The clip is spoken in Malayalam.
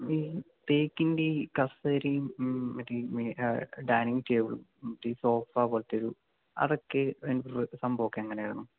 ഈ തേക്കിൻ്റെ ഈ കസേരയും മറ്റേ ഡൈനിങ്ങ് ടേബിളും മറ്റേ ഈ സോഫ പോലത്തെയൊരു അതൊക്കെ സംഭവമൊക്കെ എങ്ങനെയായിരുന്നു